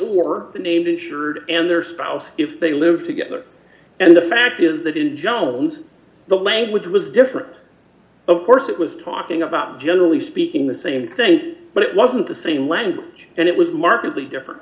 or the name injured and their spouse if they live together and the fact is that in general the language was different of course it was talking about generally speaking the same thing but it wasn't the same language and it was markedly different